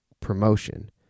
promotion